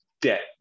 debt